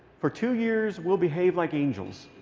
for two years, we'll behave like angels.